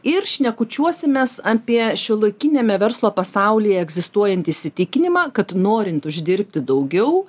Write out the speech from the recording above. ir šnekučiuosimės apie šiuolaikiniame verslo pasaulyje egzistuojantį įsitikinimą kad norint uždirbti daugiau